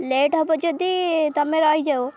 late ହବ ଯଦି ତମେ ରହିଯାଅ